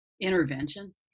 intervention